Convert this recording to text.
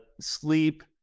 sleep